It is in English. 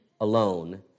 alone